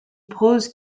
prose